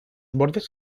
bordes